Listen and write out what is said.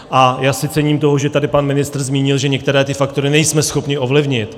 A já si cením toho, že tady pan ministr zmínil, že některé ty faktory nejsme schopni ovlivnit.